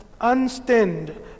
unstained